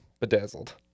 Bedazzled